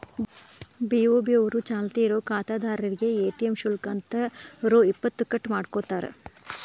BOB ಅವರು ಚಾಲ್ತಿ ಇರೋ ಖಾತಾದಾರ್ರೇಗೆ ಎ.ಟಿ.ಎಂ ಶುಲ್ಕ ಅಂತ ರೊ ಇಪ್ಪತ್ತು ಕಟ್ ಮಾಡ್ಕೋತಾರ